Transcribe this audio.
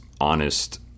honest